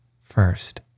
First